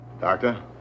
Doctor